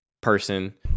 person